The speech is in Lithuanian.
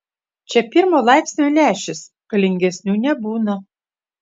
čia pirmo laipsnio lęšis galingesnių nebūna